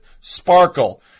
sparkle